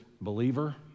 believer